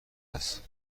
هست